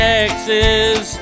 Texas